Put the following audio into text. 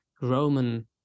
Roman